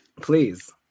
please